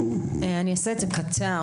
אדבר בקצרה,